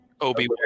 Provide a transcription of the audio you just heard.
obi